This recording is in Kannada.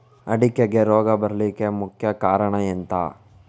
ಅಡಿಕೆಗೆ ರೋಗ ಬರ್ಲಿಕ್ಕೆ ಮುಖ್ಯ ಕಾರಣ ಎಂಥ?